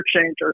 changer